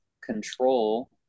control